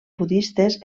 budistes